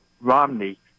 Romney